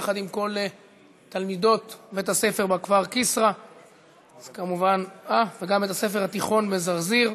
יחד עם כל תלמידות בית-הספר מהכפר כסרא וגם בית-הספר התיכון בזרזיר.